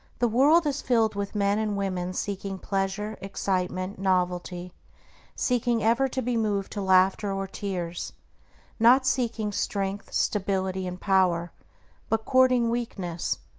the world is filled with men and women seeking pleasure, excitement, novelty seeking ever to be moved to laughter or tears not seeking strength, stability, and power but courting weakness,